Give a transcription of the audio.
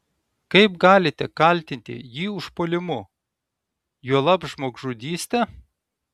kaip galite kaltinti jį užpuolimu juolab žmogžudyste